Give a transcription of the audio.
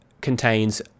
contains